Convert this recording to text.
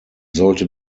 sollte